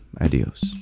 adios